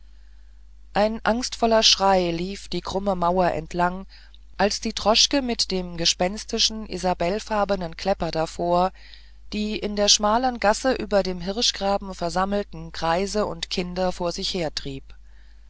ein angstvoller schrei lief die krumme mauer entlang als die droschke mit dem gespenstischen isabellfarbenen klepper davor die in der schmalen gasse über dem hirschgraben versammelten greise und kinder vor sich hertrieb